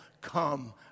come